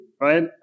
right